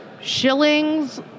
shillings